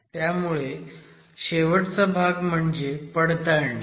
त्यामुळे शेवटचा भाग म्हणजे पडताळणी